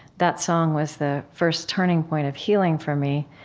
that song was the first turning point of healing for me,